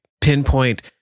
pinpoint